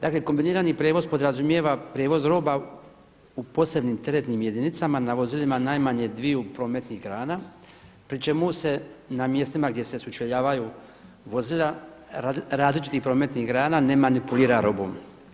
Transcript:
Dakle, kombinirani prijevoz podrazumijeva prijevoz roba u posebnim teretnim jedinicama na vozilima najmanje dviju prometnih grana, pri čemu se na mjestima gdje se sučeljavaju vozila različitih prometnih grana ne manipulira robom.